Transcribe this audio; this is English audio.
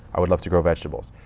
i would love to grow vegetables.